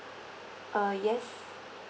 uh yes